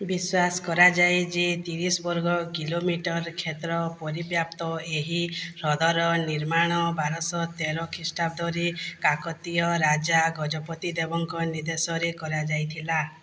ବିଶ୍ୱାସ କରାଯାଏ ଯେ ତିରିଶି ବର୍ଗ କିଲୋମିଟର କ୍ଷେତ୍ର ପରିବ୍ୟାପ୍ତ ଏହି ହ୍ରଦର ନିର୍ମାଣ ବାରଶହ ତେର ଖ୍ରୀଷ୍ଟାବ୍ଦରେ କାକତୀୟ ରାଜା ଗଜପତି ଦେବଙ୍କ ନିର୍ଦ୍ଦେଶରେ କରାଯାଇଥିଲା